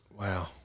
Wow